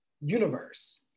universe